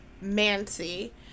mancy